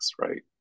right